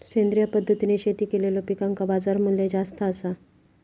सेंद्रिय पद्धतीने शेती केलेलो पिकांका बाजारमूल्य जास्त आसा